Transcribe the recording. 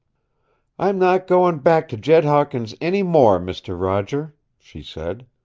i'm not going back to jed hawkins' any more, mister roger, she said.